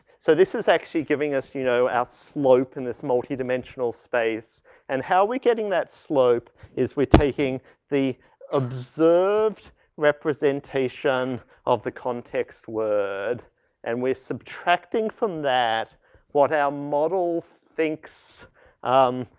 so this is actually giving us, you know, our slope in this multi-dimensional space and how we're getting that slope is we're taking the observed representation of the context word and we're subtracting from that what our model thinks um,